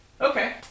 Okay